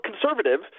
conservative